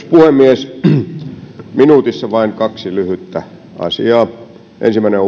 puhemies minuutissa vain kaksi lyhyttä asiaa ensimmäinen